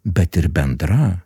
bet ir bendra